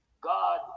God